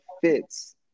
fits